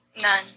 None